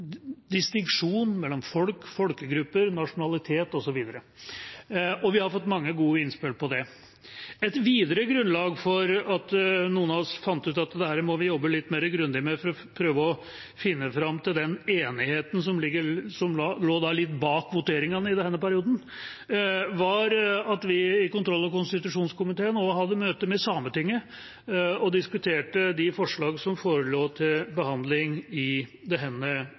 mellom folk, folkegrupper, nasjonalitet osv. Vi har fått mange gode innspill på det. Et videre grunnlag for at noen av oss fant ut at dette må vi jobbe litt mer grundig med for å prøve å finne fram til den enigheten som lå litt bak voteringene i denne perioden, var at vi i kontroll- og konstitusjonskomiteen også hadde møte med Sametinget og diskuterte de forslagene som forelå til behandling i denne